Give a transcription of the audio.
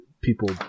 people